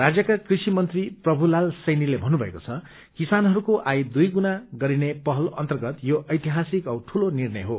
राज्यका कृषि मंत्री प्रभुलालसैनीले भन्नुभएको छ किसानहरूको आय दुईगुणा गरिने पहल अर्न्तगत यो ऐतिहासिक औ ठूलो निणर्य हो